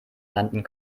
landen